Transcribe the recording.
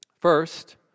First